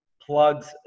plugs